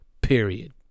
Period